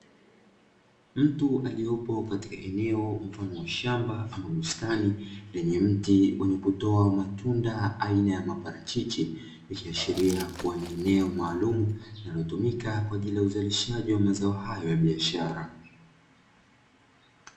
Mtu aliyeko katika eneo mfano wa shamba ama bustani lenye mti wenye kutoa matunda aina ya maparachichi, ikiashiria kua ni eneo maalumu linalotumika kwajili ya uzalishaji wa mazao hayo ya biashara.